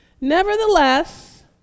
Nevertheless